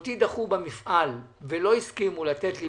אם אותי דחו במפעל ולא הסכימו לתת לי